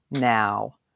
now